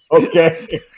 okay